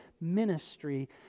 ministry